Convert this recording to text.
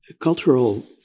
cultural